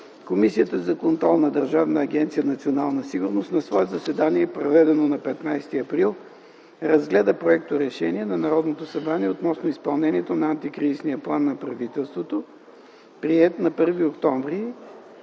Комисията за контрол на Държавна агенция „Национална сигурност” на свое заседание, проведено на 15 април 2010 г., разгледа проекторешение на Народното събрание относно изпълнението на Антикризисния план на правителството, приет на 1 октомври